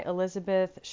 Elizabeth